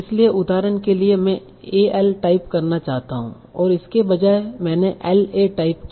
इसलिए उदाहरण के लिए मैं al टाइप करना चाहता हूं और इसके बजाय मैंने la टाइप किया